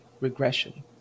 regression